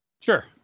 Sure